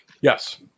Yes